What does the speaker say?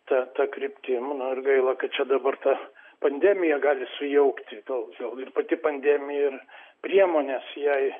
ta ta kryptim na ir gaila kad čia dabar ta pandemija gali sujaukti gal gal ir pati pandemija ir priemonės jai